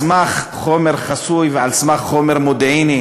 ועל סמך חומר חסוי ועל סמך חומר מודיעיני